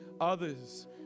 others